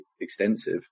extensive